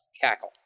Cackle